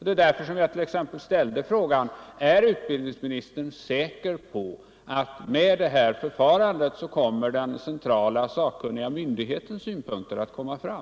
Det är därför jag som ett exempel ställde frågan: Är utbildningsministern säker på att med det här förfarandet kommer den centrala sakkunniga myndighetens synpunkter att föras fram?